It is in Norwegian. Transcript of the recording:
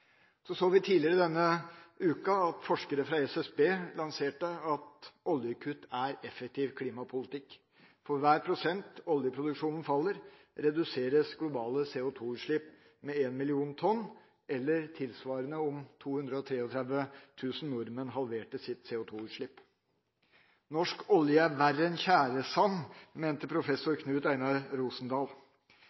Tidligere denne uka lanserte forskere fra SSB tall som viste at oljekutt er effektiv klimapolitikk. For hver prosent oljeproduksjonen faller, reduseres globale CO2-utslipp med 1 million tonn, eller tilsvarende, om 233 000 nordmenn halverte sitt CO2-utslipp. Norsk olje er verre enn tjæresand, mente professor Knut Einar